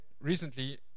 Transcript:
recently